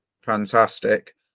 fantastic